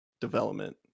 development